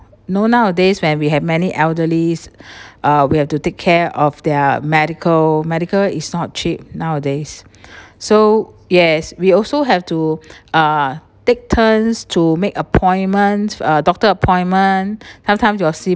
know nowadays when we have many elderlies uh we have to take care of their medical medical is not cheap nowadays so yes we also have to ah take turns to make appointments uh doctor appointment sometimes your